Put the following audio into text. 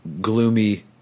gloomy